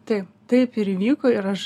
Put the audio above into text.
taip taip ir įvyko ir aš